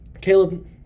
Caleb